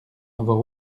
avoir